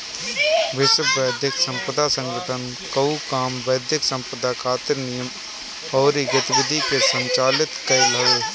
विश्व बौद्धिक संपदा संगठन कअ काम बौद्धिक संपदा खातिर नियम अउरी गतिविधि के संचालित कईल हवे